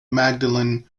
magdalene